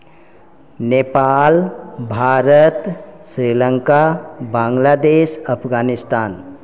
Nepal Bharat Sri Lanka Bangladesh Afghanistan